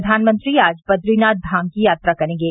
प्रधानमंत्री आज बद्रीनाथ धाम की यात्रा करेंगे